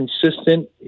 consistent